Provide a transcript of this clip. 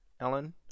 ellen